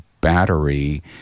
battery